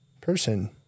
person